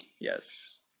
Yes